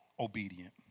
obedient